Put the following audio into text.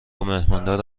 مهماندار